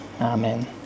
amen